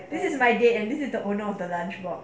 this is my date and this is the owner of the lunch box